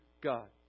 God